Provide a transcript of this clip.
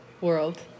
world